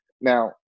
Now